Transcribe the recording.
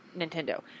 Nintendo